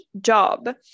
job